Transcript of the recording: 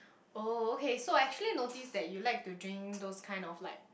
oh okay so I actually notice that you like to drink those kind of like